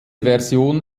version